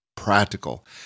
practical